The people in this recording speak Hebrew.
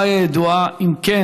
1. האם הבעיה ידועה?